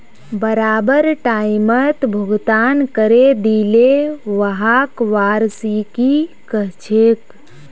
बराबर टाइमत भुगतान करे दिले व्हाक वार्षिकी कहछेक